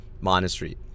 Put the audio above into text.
monastery